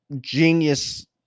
genius